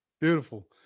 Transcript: beautiful